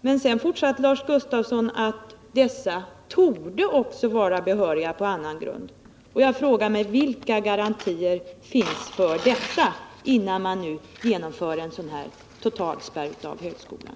Men sedan fortsatte Lars Gustafsson med att säga att dessa torde vara behöriga också på andra grunder. Jag frågar mig: Vilka garantier finns det för detta? Det bör man veta innan man genomför en sådan här total spärr av högskolan.